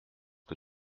que